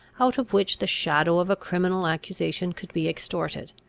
out of which the shadow of a criminal accusation could be extorted.